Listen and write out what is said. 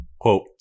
quote